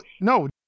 No